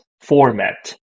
format